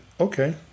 Okay